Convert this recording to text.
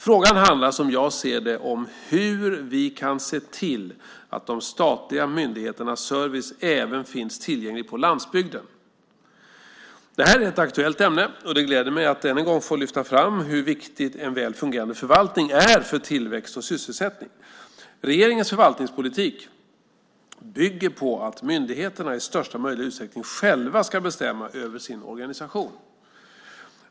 Frågan handlar som jag ser det om hur vi kan se till att de statliga myndigheternas service även finns tillgänglig på landsbygden. Det här är ett aktuellt ämne. Det gläder mig att än en gång få lyfta fram hur viktig en väl fungerande förvaltning är för tillväxt och sysselsättning. Regeringens förvaltningspolitik bygger på att myndigheterna i största möjliga utsträckning själva ska bestämma över sin organisation.